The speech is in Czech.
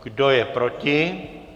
Kdo je proti?